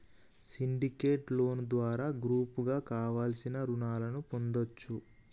syndicate loan ద్వారా గ్రూపుగా కావలసిన రుణాలను పొందొచ్చు